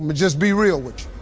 but just be real with you,